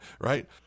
Right